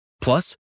Plus